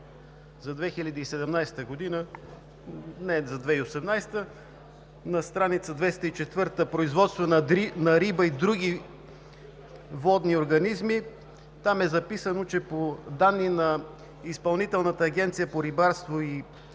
за 2017 – 2018 г. На страница 204 – „Производство на риба и други водни организми“, е записано, че по данни на Изпълнителната агенция по рибарство и